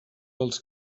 als